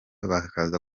baza